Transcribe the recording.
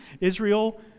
Israel